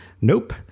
Nope